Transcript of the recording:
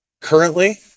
currently